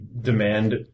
demand